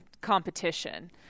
competition